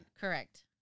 Correct